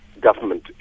government